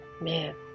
man